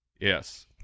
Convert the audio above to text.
Yes